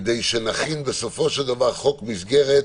כדי שנכין בסופו של דבר חוק מסגרת,